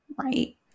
right